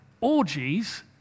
orgies